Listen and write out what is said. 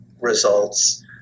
results